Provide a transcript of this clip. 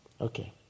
okay